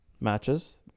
matches